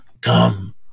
come